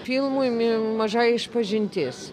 filmui mi maža išpažintis